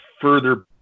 further